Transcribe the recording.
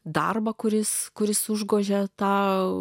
darbą kuris kuris užgožė tą